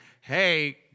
hey